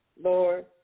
Lord